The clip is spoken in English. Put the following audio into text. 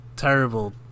terrible